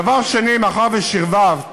דבר שני, מאחר ששרבבת